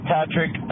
Patrick